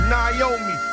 Naomi